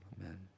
Amen